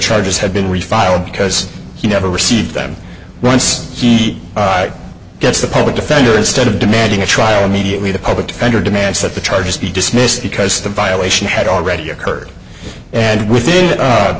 charges had been refiled because he never received them once he gets the public defender instead of demanding a trial immediately the public defender demands that the charges be dismissed because the violation had already occurred and within